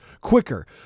quicker